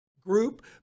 group